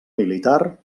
militar